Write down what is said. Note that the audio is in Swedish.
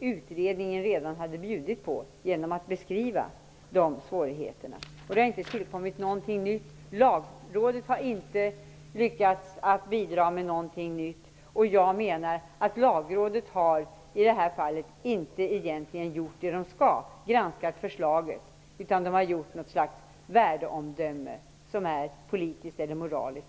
utredningen redan hade bjudit på genom att beskriva dessa svårigheter. Det har inte tillkommit någonting nytt. Lagrådet har inte lyckats att bidra med någonting nytt. Jag menar att Lagrådet i det här fallet egentligen inte har gjort vad det skulle, dvs. granska förslaget, utan det har gjort något slags värdeomdöme som är politiskt eller moraliskt.